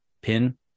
pin